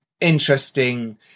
interesting